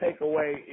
takeaway